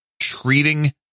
treating